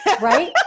right